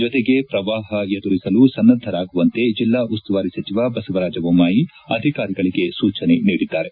ಜತೆಗೆ ಪ್ರವಾಹ ಎದುರಿಸಲು ಸನ್ನದ್ದರಾಗುವಂತೆ ಜಿಲ್ಲಾ ಉಸ್ತುವಾರಿ ಸಚಿವ ಬಸವರಾಜ ಬೊಮ್ಮಾಯಿ ಅಧಿಕಾರಿಗಳಿಗೆ ಸೂಜನೆ ನೀಡಿದ್ದಾರೆ